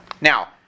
Now